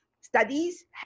Studies